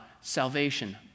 salvation